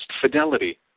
fidelity